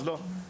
אז לא.